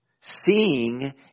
Seeing